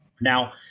Now